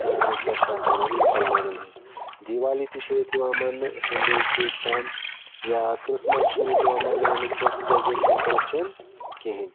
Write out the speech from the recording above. کیٛاہ چھِ اَتھ وَنان مُسَلمانَن ہِنٛز دیوالی تہِ چھےٚ ییٚتہِ یِوان مَنٛنہٕ ہِنٛدوٗز چھِ ییٚتہِ کَم یا کِرٛسمَس چھُنہٕ ییٚتہِ یِوان مَناونہٕ کیٚنٛہہ تِکیٛازِ ییٚتہِ چھَنہٕ کِرٛسچَن کِہیٖنۍ